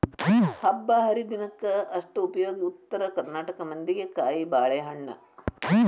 ಹಬ್ಬಾಹರಿದಿನಕ್ಕ ಅಷ್ಟ ಉಪಯೋಗ ಉತ್ತರ ಕರ್ನಾಟಕ ಮಂದಿಗೆ ಕಾಯಿಬಾಳೇಹಣ್ಣ